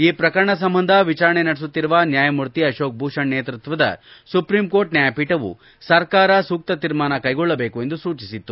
ಈ ಪ್ರಕರಣ ಸಂಬಂಧ ವಿಚಾರಣೆ ನಡೆಸುತ್ತಿರುವ ನ್ಯಾಯಮೂರ್ತಿ ಅರೋಕ್ ಭೂಷಣ್ ನೇತೃತ್ವದ ಸುಪ್ರೀಂ ಕೋರ್ಟ್ ನ್ಯಾಯಪೀಠವು ಸರಕಾರವು ಸೂಕ್ತ ಶೀರ್ಮಾನ ಕೈಗೊಳ್ಳಬೇಕು ಎಂದು ಸೂಚಿಸಿತ್ತು